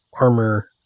armor